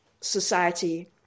society